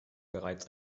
bereits